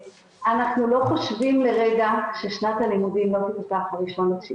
אנחנו לא חושבים לרגע ששנת הלימודים לא תיפתח ב-1.9.